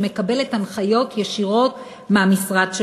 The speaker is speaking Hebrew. שמקבלת הנחיות ישירות מהמשרד שלנו.